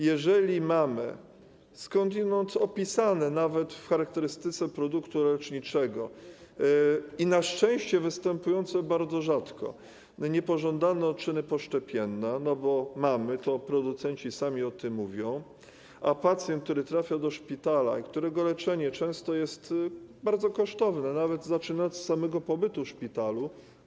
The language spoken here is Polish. Jeżeli mamy skądinąd opisane nawet w charakterystyce produktu leczniczego i na szczęście występujące bardzo rzadko niepożądane odczyny poszczepienne, bo mamy, producenci sami o tym mówią, a pacjent, który trafia do szpitala i którego leczenie często jest bardzo kosztowne, nawet zaczynając od samego pobytu w szpitalu.